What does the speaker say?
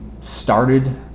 started